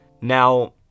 Now